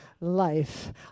life